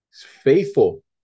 faithful